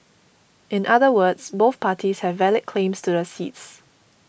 in other words both parties have valid claims to the seats